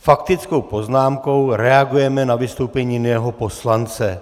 Faktickou poznámkou reagujeme na vystoupení jiného poslance.